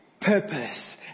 purpose